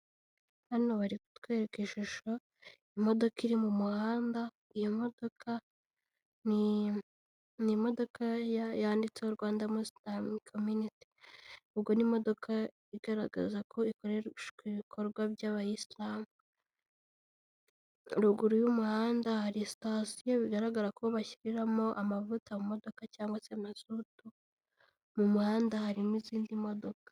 Hano bari kutwereka ishusho imodoka iri mu muhanda iyo modoka ni imodoka yanditseho Rwanda mosiramu komyunite, ubwo ni imodoka igaragaza ko ikoreshwa ibikorwa by'abayisira, ruguru y'umuhanda hari sitasiyo bigaragara ko bashyiramo amavuta mu modoka cyangwa se mazutu mu muhanda harimo izindi modoka.